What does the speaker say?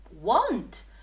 want